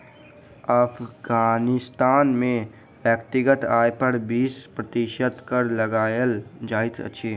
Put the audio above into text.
अफ़ग़ानिस्तान में व्यक्तिगत आय पर बीस प्रतिशत कर लगायल जाइत अछि